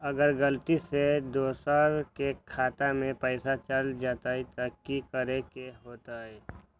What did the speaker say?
अगर गलती से दोसर के खाता में पैसा चल जताय त की करे के होतय?